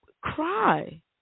cry